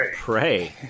Pray